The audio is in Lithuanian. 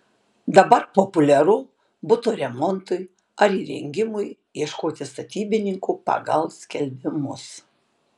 dabar populiaru buto remontui ar įrengimui ieškoti statybininkų pagal skelbimus